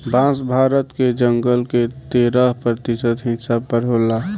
बांस भारत के जंगल के तेरह प्रतिशत हिस्सा पर होला